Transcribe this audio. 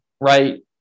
right